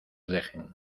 dejen